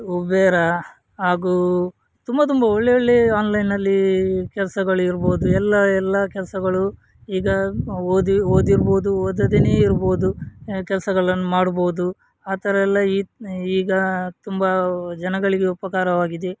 ಉಬೇರ ಹಾಗೂ ತುಂಬ ತುಂಬ ಒಳ್ಳೊಳ್ಳೆಯ ಆನ್ಲೈನಲ್ಲಿ ಕೆಲಸಗಳಿರ್ಬೋದು ಎಲ್ಲ ಎಲ್ಲ ಕೆಲಸಗಳು ಈಗ ಓದಿ ಓದಿರ್ಬೋದು ಓದದೆಯೇ ಇರ್ಬೋದು ಕೆಲ್ಸಗಳನ್ನು ಮಾಡ್ಬೋದು ಆ ಥರ ಎಲ್ಲ ಈಗ ತುಂಬ ವ್ ಜನಗಳಿಗೆ ಉಪಕಾರವಾಗಿದೆ